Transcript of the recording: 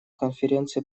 конференции